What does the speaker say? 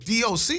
DOC